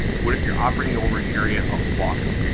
what if you're operating over an area of water?